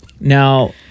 Now